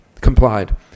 Complied